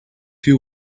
you